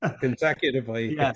Consecutively